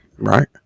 Right